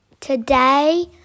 today